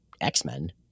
X-Men